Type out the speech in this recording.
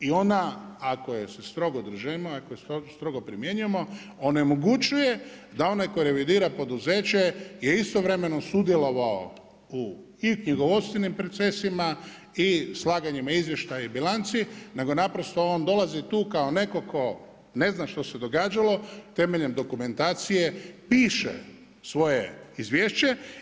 I ona ako je se strogo držimo, ako je strogo primjenjujemo onemogućuje da onaj tko revidira poduzeće je istovremeno sudjelovao u i knjigovodstvenim procesima i slaganjima izvještaja i bilanci, nego naprosto on dolazi tu kao netko tko ne zna što se događalo temeljem dokumentacije piše svoje izvješće.